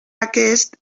aquest